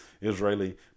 Israeli